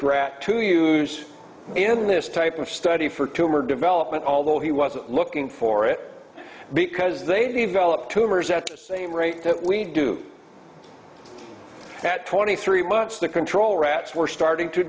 rat to use in this type of study for tumor development although he wasn't looking for it because they developed tumors at the same rate that we do at twenty three months the control rats were starting to